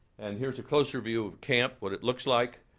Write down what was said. and here's a closer view of camp, what it looks like.